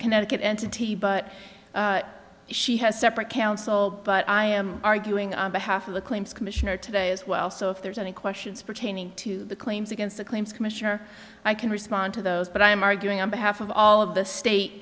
connecticut entity but she has separate counsel but i am arguing on behalf of the claims commissioner today as well so if there's any questions pertaining to the claims against the claims commissioner i can respond to those but i am arguing on behalf of all of the state